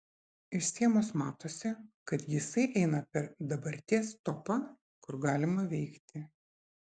iš schemos matosi kad jisai eina per dabarties topą kur galima veikti